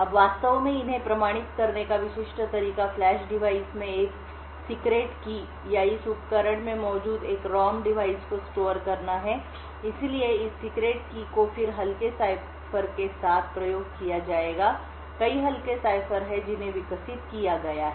अब वास्तव में इन्हें प्रमाणित करने का विशिष्ट तरीका फ्लैश डिवाइस में एक गुप्त कुंजी या इस उपकरण में मौजूद एक ROM डिवाइस को स्टोर करना है इसलिए इस गुप्त कुंजी को फिर हल्के साइफर के साथ प्रयोग किया जाएगा कई हल्के साइफर हैं जिन्हें विकसित किया गया है